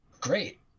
great